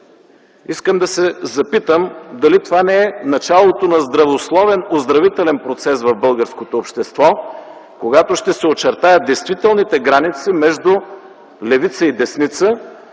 Искам да се запитам дали това не е началото на здравословен оздравителен процес в българското общество, когато ще се очертаят действителните граници между левица и десница,